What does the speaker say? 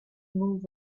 move